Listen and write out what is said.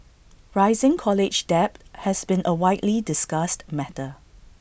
rising college debt has been A widely discussed matter